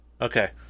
okay